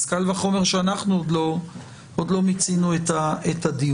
קל וחומר שאנחנו לא מיצינו את הדיון.